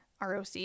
ROC